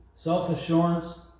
self-assurance